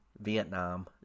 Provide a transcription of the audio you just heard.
Vietnam